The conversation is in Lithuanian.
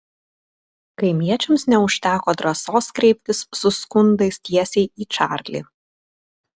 kaimiečiams neužteko drąsos kreiptis su skundais tiesiai į čarlį